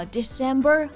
December